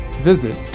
visit